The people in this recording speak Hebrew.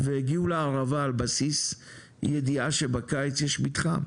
והגיעו לערבה על בסיס ידיעה שבקיץ יש מתחם.